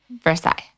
Versailles